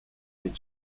with